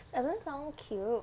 doesn't sound cute